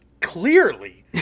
clearly